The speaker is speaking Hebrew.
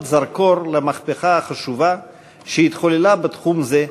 זרקור למהפכה החשובה שהתחוללה בתחום זה,